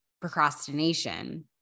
procrastination